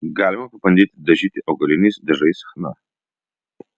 galima pabandyti dažyti augaliniais dažais chna